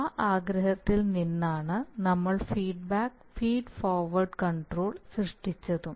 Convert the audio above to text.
ആ ആഗ്രഹത്തിൽ നിന്നാണ് നമ്മൾ ഫീഡ്ബാക്ക് ഫീഡ് ഫോർവേർഡ് കൺട്രോൾ സൃഷ്ടിച്ചതും